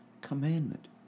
commandment